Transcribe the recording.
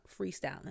freestyling